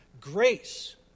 Grace